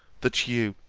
that you,